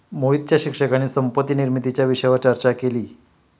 मोहितच्या शिक्षकाने संपत्ती निर्मितीच्या विषयावर चर्चा केली